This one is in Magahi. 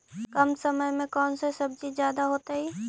कम समय में कौन से सब्जी ज्यादा होतेई?